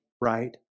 right